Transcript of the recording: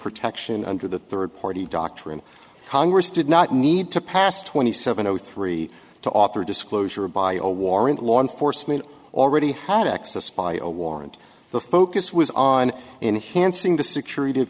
protection under the third party doctrine congress did not need to pass twenty seven zero three to offer disclosure of bio warrant law enforcement already had access spy or warrant the focus was on in hansing the security of